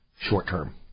short-term